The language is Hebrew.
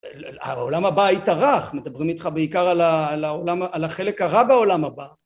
העולם הבא היטרח, מדברים איתך בעיקר על החלק הרע בעולם הבא.